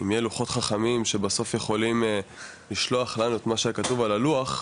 אם יהיו לוחות חכמים שבסוף יכולים לשלוח לנו את מה שהיה כתוב על הלוח,